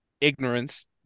ignorance